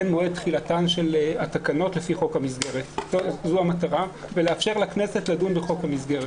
מועד תחילתן של התקנות לפי חוק המסגרת ולאפשר לכנסת לדון בחוק המסגרת.